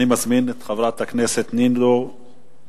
אני מזמין את חברת הכנסת נינו אבסדזה.